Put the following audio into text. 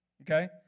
Okay